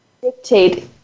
dictate